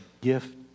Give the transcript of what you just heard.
gift